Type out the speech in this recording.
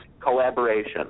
collaboration